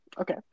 Okay